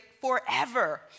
forever